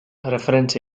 reference